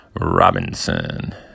Robinson